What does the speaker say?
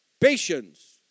patience